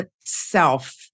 self